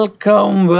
Welcome